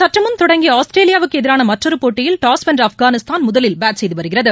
சற்றுமுன் தொடங்கிய ஆஸ்திரேலியாவுக்கு எதிரான மற்றொரு போட்டயில் டாஸ் வென்ற ஆப்கானிஸ்தான் முதலில் பேட் செய்து வருகிறது